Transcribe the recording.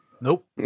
Nope